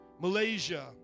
Malaysia